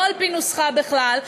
לא על-פי נוסחה בכלל,